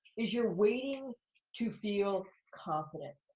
is you're waiting to feel confident.